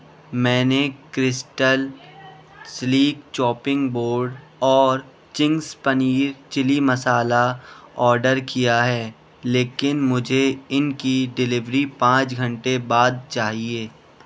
میں نے crystal sleek chopping board اور Ching's paneer chilli masala order کیا ہے لیکن مجھے ان کی ڈیلیوری پانچ گھنٹے بعد چاہیے